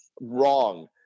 Wrong